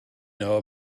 know